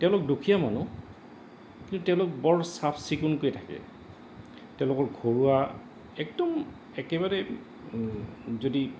তেওঁলোক দুখীয়া মানুহ কিন্তু তেওঁলোক বৰ চাফ চিকুণকৈ থাকে তেওঁলোকৰ ঘৰুৱা একদম একেবাৰে যদি